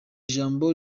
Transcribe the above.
jambo